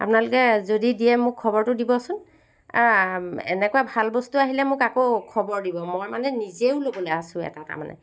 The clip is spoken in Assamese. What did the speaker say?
আপোনালোকে যদি দিয়ে মোক খবৰটো দিবচোন এনেকুৱা ভাল বস্তু আহিলে মোক আকৌ খবৰ দিব মই মানে নিজেও ল'বলৈ আছোঁ এটা তাৰমানে